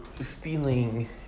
stealing